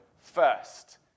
first